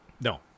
no